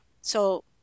So-